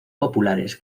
populares